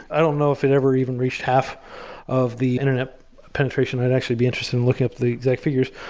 i don't know if it ever even reached half of the internet penetration. i'd actually be interested in looking up the exact figures.